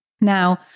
Now